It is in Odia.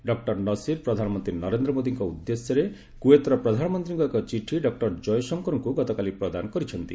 ଡକ୍କର ନସିର୍ ପ୍ରଧାନମନ୍ତ୍ରୀ ନରେନ୍ଦ୍ର ମୋଦିଙ୍କ ଉଦ୍ଦେଶ୍ୟରେ କୁଏତ୍ର ପ୍ରଧାନମନ୍ତ୍ରୀଙ୍କ ଏକ ଚିଠି ଡକ୍ଟର ଜୟଶଙ୍କରଙ୍କୁ ଗତକାଲି ପ୍ରଦାନ କରିଛନ୍ତି